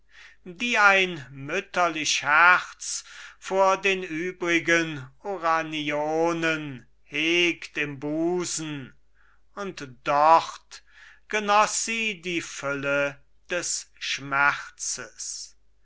die ein mütterlich herz vor den übrigen uranionen hegt im busen und dort genoß sie die fülle des schmerzens